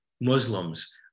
Muslims